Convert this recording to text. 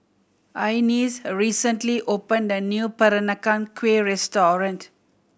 Inez recently opened a new Peranakan Kueh restaurant